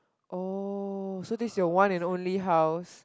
oh so this your one and only house